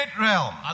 realm